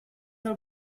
del